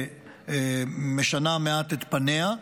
שמשנה מעט את פניה.